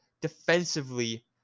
defensively